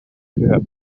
түһэн